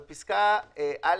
בפסקת משנה